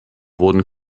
wurden